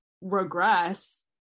regress